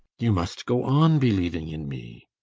you must go on believing in me!